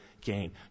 gain